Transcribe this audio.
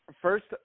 First